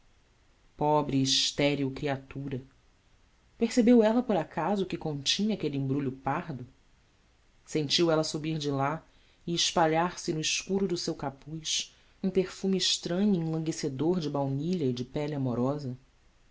e estéril criatura percebeu ela por acaso o que continha aquele embrulho pardo sentiu ela subir de lá e espalhar se no escuro do seu capuz um perfume estranho e enlanguescedor de baunilha e de pele amorosa